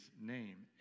name